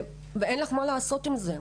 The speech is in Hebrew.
ואין לך מה לעשות עם זה.